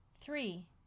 three